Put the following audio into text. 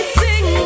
sing